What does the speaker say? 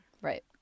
Right